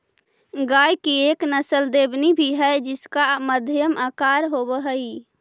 गाय की एक नस्ल देवनी भी है जिसका मध्यम आकार होवअ हई